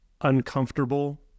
uncomfortable